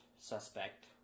suspect